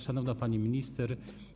Szanowna Pani Minister!